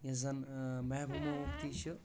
یۄس زن اۭ محبوبا مفتی چھِ